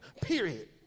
period